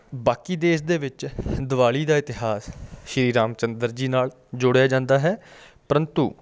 ਬਾਕੀ ਦੇਸ਼ ਦੇ ਵਿੱਚ ਦੀਵਾਲੀ ਦਾ ਇਤਿਹਾਸ ਸ਼੍ਰੀ ਰਾਮ ਚੰਦਰ ਜੀ ਨਾਲ ਜੋੜਿਆ ਜਾਂਦਾ ਹੈ ਪਰੰਤੂ